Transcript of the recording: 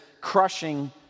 crushing